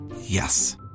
Yes